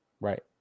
right